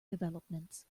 developments